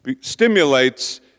stimulates